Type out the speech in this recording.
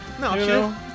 No